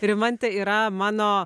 rimantė yra mano